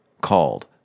called